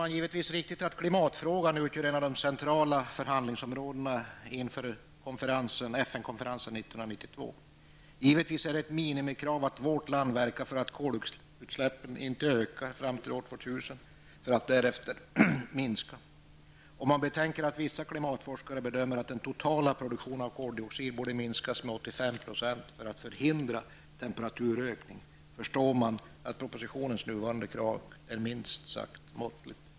Det är givetvis viktigt att klimatfrågan utgör en av de centrala förhandlingsområdena inför FN-konferensen 1992. Självfallet är det ett minimikrav att vårt land verkar för att koldioxidutsläppen inte ökar fram till år 2000, vilka därefter skall minska. Om man betänker att vissa klimatforskare bedömer att den totala produktionen av koldioxid borde minskas med 85 % för att göra det möjligt att förhindra en temperaturökning, förstår man att propositionens nuvarande krav är minst sagt måttligt.